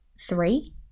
three